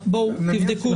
חברים, תבדקו.